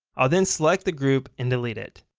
i'll then select the group and delete it.